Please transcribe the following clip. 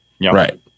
Right